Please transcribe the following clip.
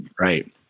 right